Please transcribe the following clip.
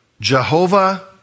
Jehovah